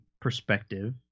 perspective